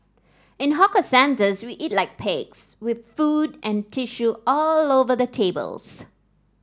in hawker centres we eat like pigs with food and tissue all over the tables